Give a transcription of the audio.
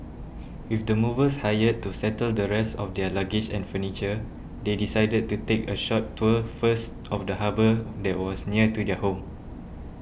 with the movers hired to settle the rest of their luggage and furniture they decided to take a short tour first of the harbour that was near new their home